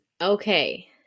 Okay